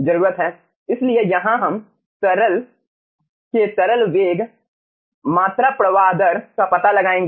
इसलिए यहां हम तरल के तरल वेग मात्रा प्रवाह दर का पता लगाएंगे